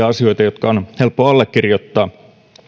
asioita jotka on helppo allekirjoittaa